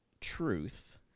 truth